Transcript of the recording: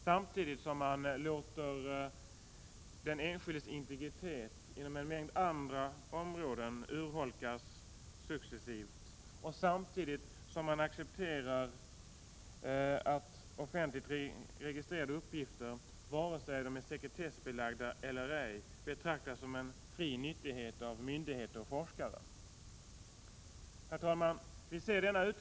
Samtidigt låter man den enskildes integritet inom en mängd andra områden successivt urholkas och samtidigt accepterar man att offentligt registrerade uppgifter, vare sig de är sekretessbelagda eller ej, betraktas som en fri nyttighet av myndigheter och forskare. Herr talman!